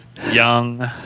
young